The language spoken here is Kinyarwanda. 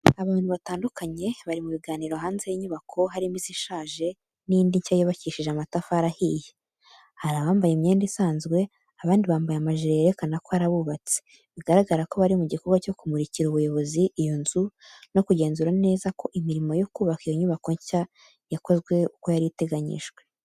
Abantu batandukanye bari mu biganiro hanze y’inyubako harimo izishaje n'indi nshya yubakishije amatafari ahiye. Hari abambaye imyenda isanzwe, abandi bambaye amajire yerekana ko ari abubatsi. Bigaragara ko bari mu gikorwa cyo kumurikira ubuyobozi iyo nzu no kugenzura neza ko imirimo yo kubaka iyo nyubako nshya yakozwe uko yari iteganyijwe.